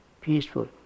peaceful